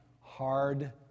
hard